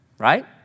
right